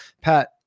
Pat